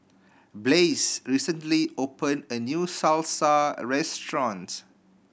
Blaise recently opened a new Salsa Restaurant